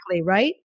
right